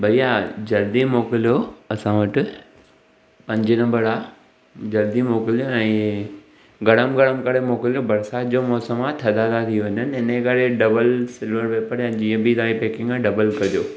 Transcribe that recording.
भईया जल्दी मोकिलियो असां वटि पंज नंबर आहे जल्दी मोकिलिजो ऐं गर्मु गर्मु करे मोकिलिजो बरसाति जो मौसम आहे थधा न थी वञनि इने करे डबल सिलवर पेपर ऐं जीअं बि तव्हांजी पेकिंग आहे डबल कजो